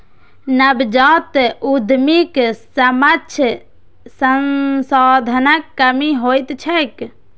नवजात उद्यमीक समक्ष संसाधनक कमी होइत छैक